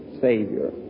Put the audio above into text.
Savior